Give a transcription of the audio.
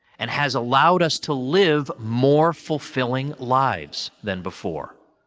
and has allowed us to live more fulfilling lives than before.